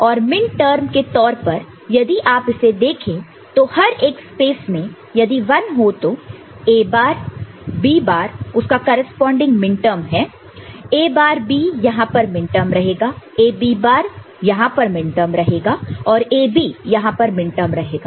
और मिनटर्म के तौर पर यदि आप इसे देखें तो हर एक स्पेस में यदि 1 हो तो A बार B बार उसका करेस्पॉन्डिंग मिनटर्म है A बार B यहां पर मिनटर्म रहेगा A B बार यहां पर मिनटर्म रहेगा और A B यहां पर मिनटर्म रहेगा